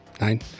nine